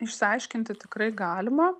išsiaiškinti tikrai galima